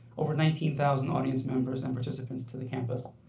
over nineteen thousand audience members and participants to the campus.